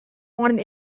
wanted